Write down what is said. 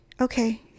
okay